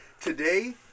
today